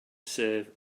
serve